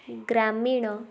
ଗ୍ରାମୀଣ